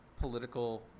political